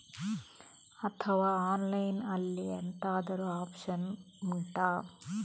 ಅಥವಾ ಆನ್ಲೈನ್ ಅಲ್ಲಿ ಎಂತಾದ್ರೂ ಒಪ್ಶನ್ ಉಂಟಾ